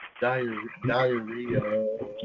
Diarrhea